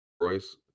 Royce